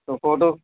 تو فوٹو